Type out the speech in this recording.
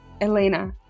Elena